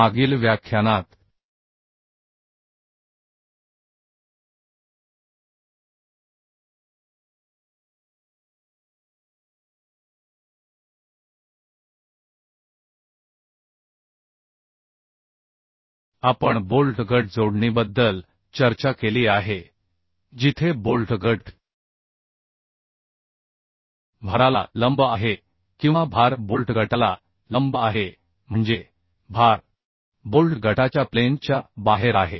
मागील व्याख्यानात आपण बोल्ट गट जोडणीबद्दल चर्चा केली आहे जिथे बोल्ट गट भाराला लंब आहे किंवा भार बोल्ट गटाला लंब आहे म्हणजे भार बोल्ट गटाच्या प्लेन च्या बाहेर आहे